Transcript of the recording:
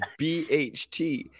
BHT